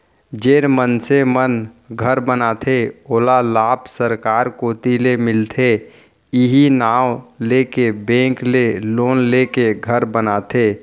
जेन मनसे मन घर बनाथे ओला लाभ सरकार कोती ले मिलथे इहीं नांव लेके बेंक ले लोन लेके घर बनाथे